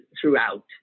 throughout